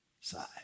side